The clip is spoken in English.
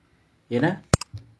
என்னா:ennaa